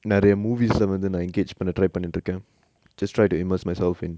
நெரய:neraya movies lah வந்து நா:vanthu na engage பன்ன:panna try பன்னிட்டு இருக்க:pannitu iruka just try to immerse myself in